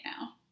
now